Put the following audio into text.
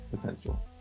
potential